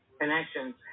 connections